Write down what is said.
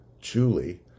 Julie